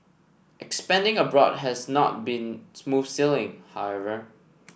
expanding abroad has not been smooth sailing however